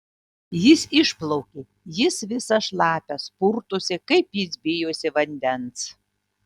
jis išplaukė jis visas šlapias purtosi kaip jis bijosi vandens